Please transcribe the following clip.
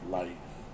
life